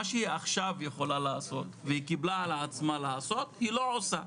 שהיא קיבלה על עצמה לעשות היא לא עושה,